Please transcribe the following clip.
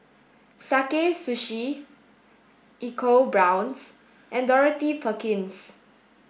Sakae Sushi EcoBrown's and Dorothy Perkins